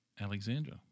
Alexandra